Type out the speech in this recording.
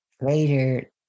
later